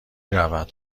رود